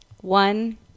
One